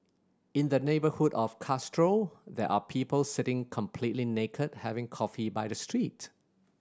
in the neighbourhood of Castro there are people sitting completely naked having coffee by the street